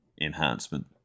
enhancement